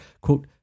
quote